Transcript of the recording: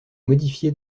modifié